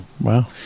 wow